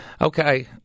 Okay